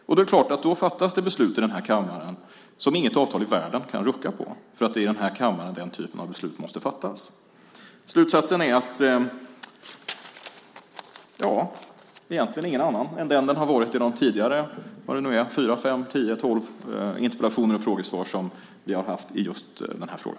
Och det är klart att då fattas det beslut i den här kammaren som inget avtal i världen kan rucka på, för det är i den här kammaren som den typen av beslut måste fattas. Slutsatsen är, ja, egentligen ingen annan än den som dragits i de tidigare fyra, fem, tio, tolv - vad det nu är - interpellationer och frågesvar som vi har haft i just den här frågan.